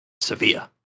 Sevilla